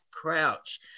Crouch